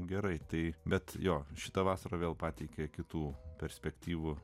gerai tai bet jo šita vasara vėl pateikė kitų perspektyvų